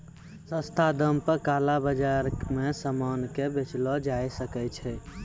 सस्ता दाम पे काला बाजार मे सामान के बेचलो जाय सकै छै